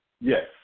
Yes